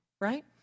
right